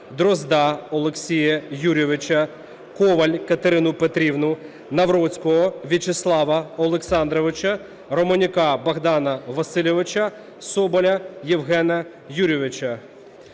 Дрозда Олексія Юрійовича, Коваль Катерину Петрівну, Навроцького В'ячеслава Олександровича, Романюка Богдана Васильовича, Соболя Євгена Юрійовича.